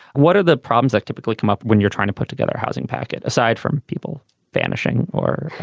what are the problems like typically come up when you're trying to put together a housing package aside from people vanishing or